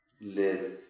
live